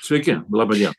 sveiki laba dien